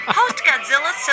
Post-Godzilla